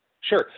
Sure